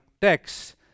text